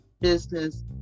business